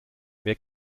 wer